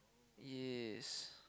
yes